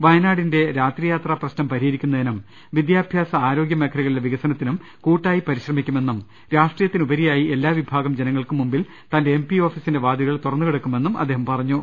വയനാടിന്റെ രാത്രിയാത്രാ പ്രശ്നം പരിഹരിക്കാനും വിദ്യാഭ്യാസ ആരോഗ്യ മേഖലകളിലെ വികസനത്തിനും കൂട്ടായി പരിശ്രമിക്കുമെന്നും രാഷ്ട്രീയത്തിന് ഉപ രിയായി എല്ലാ വിഭാഗം ജനങ്ങൾക്കും മുമ്പിൽ തന്റെ എംപി ഓഫീ സിന്റെ വാതിലുകൾ തുറന്നുകിടക്കുമെന്നും അദ്ദേഹം പറഞ്ഞു